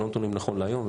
אלה לא נתונים נכון להיום,